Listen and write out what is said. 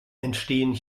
entstehen